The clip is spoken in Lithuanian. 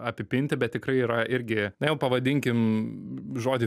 apipinti bet tikrai yra irgi na jau pavadinkim žodį